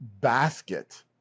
basket